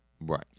Right